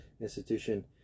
institution